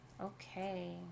Okay